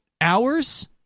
hours